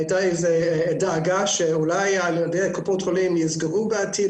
הייתה דאגה שאולי קופות החולים יסגרו בעתיד,